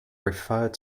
referred